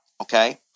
Okay